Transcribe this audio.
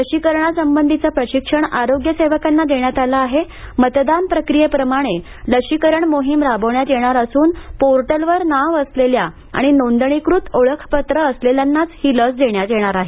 लशीकरणासंबंधीचं प्रशिक्षण आरोग्यर सेवकांना देण्यात आलं आहे मतदान प्रक्रियेप्रमाणे लशीकरण मोहीम राबवण्यात येणार असून पोर्टलवर नाव असलेल्या आणि नोंदणीकृत ओळखपत्र असलेल्यांनाच लस देण्यात येणार आहे